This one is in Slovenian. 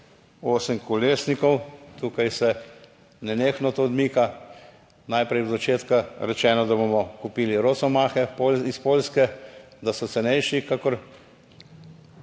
osemkolesnikov. Tukaj se nenehno to odmika, najprej od začetka rečeno, da bomo kupili Rosomahe iz Poljske, da so cenejši, kakor